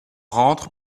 rentre